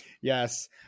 Yes